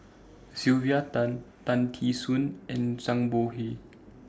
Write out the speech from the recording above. Sylvia Tan Tan Tee Suan and Zhang Bohe